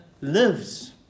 lives